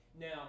Now